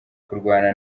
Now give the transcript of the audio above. kurwana